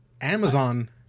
Amazon